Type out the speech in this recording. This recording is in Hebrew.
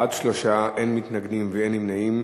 בעד, 3, אין מתנגדים, אין נמנעים.